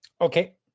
Okay